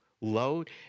Load